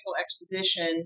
exposition